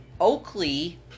Oakley